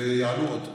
ויעלו עוד.